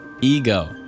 ego